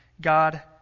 God